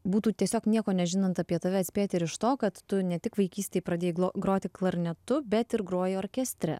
būtų tiesiog nieko nežinant apie tave atspėti ir iš to kad tu ne tik vaikystėj pradėjai groti klarnetu bet ir groji orkestre